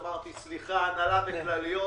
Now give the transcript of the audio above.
אמרתי: סליחה, הנהלה וכלליות